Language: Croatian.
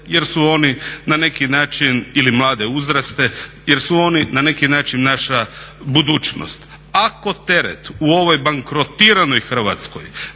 jer su oni na neki način, ili mlade uzraste, jer su oni na neki način naša budućnost. Ako teret u ovoj bankrotiranoj Hrvatskoj,